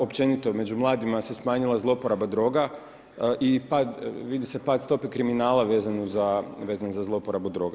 Općenito, među mladima se smanjila zloporaba droga i vidi se pad stope kriminala vezane za zloporabu droga.